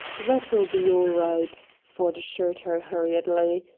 that'll be all right, ford assured her hurriedly.